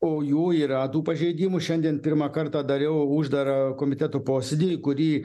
o jų yra tų pažeidimų šiandien pirmą kartą dariau uždarą komiteto posėdį į kurį